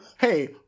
hey